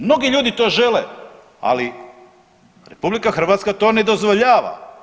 Mnogi ljudi to žele, ali RH to ne dozvoljava.